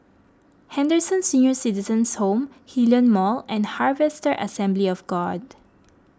Henderson Senior Citizens' Home Hillion Mall and Harvester Assembly of God